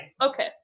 Okay